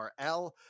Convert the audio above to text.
URL